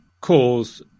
cause